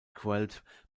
quelled